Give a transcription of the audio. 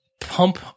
pump